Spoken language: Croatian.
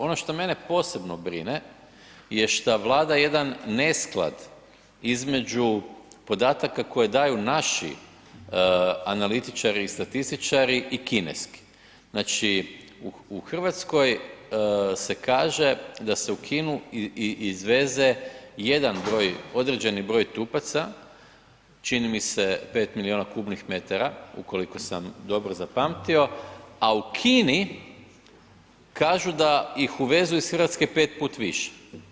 Ono što mene posebno brine je šta vlada jedan nesklad između podataka koji daju naši analitičari i statističari i kineski, znači u Hrvatskoj se kaže da se u Kinu izveze jedan broj, određeni broj trupaca, čini mi se 5 milijuna m3, ukoliko sam dobro zapamtio a u Kini kažu da ih uvezu iz Hrvatske 5 put više.